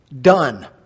done